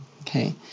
okay